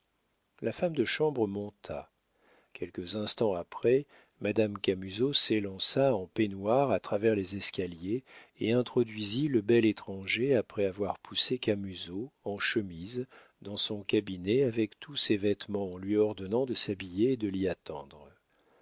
la femme de chambre monta quelques instants après madame camusot s'élança en peignoir à travers les escaliers et introduisit le bel étranger après avoir poussé camusot en chemise dans son cabinet avec tous ses vêtements en lui ordonnant de s'habiller et de l'y attendre